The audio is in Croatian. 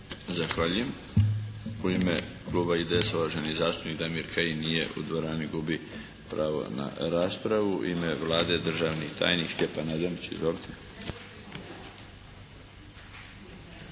Zahvaljujem. U ime kluba IDS-a uvaženi zastupnik Damir Kajin. Nije u dvorani. Gubi pravo na raspravu. U ime Vlade državni tajnik Stjepan Adanić. Izvolite.